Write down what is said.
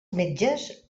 metges